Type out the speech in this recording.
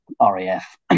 RAF